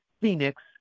phoenix